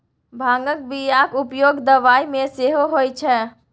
भांगक बियाक उपयोग दबाई मे सेहो होए छै